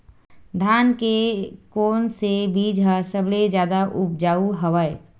धान के कोन से बीज ह सबले जादा ऊपजाऊ हवय?